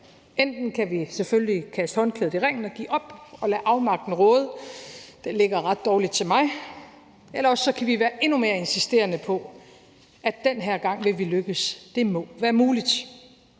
Enten kan vi selvfølgelig kaste håndklædet i ringen og give op og lade afmagten råde – det ligger ret dårligt til mig – eller også kan vi være endnu mere insisterende på, at den her gang vil vi lykkes, og at det må være muligt.